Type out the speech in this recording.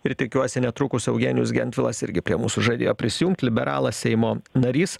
ir tikiuosi netrukus eugenijus gentvilas irgi prie mūsų žadėjo prisijungt liberalas seimo narys